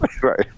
right